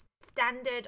standard